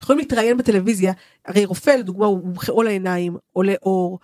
מתראיין בטלוויזיה הרי רופא לדוגמה הוא מומחה או לעיניים או לעור